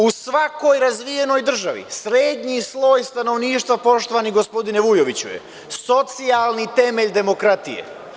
U svakoj razvijenoj državi srednji sloj stanovništva, poštovani gospodine Vujoviću, je socijalni temelj demokratije.